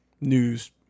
news